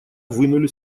вынули